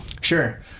Sure